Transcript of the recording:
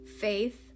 Faith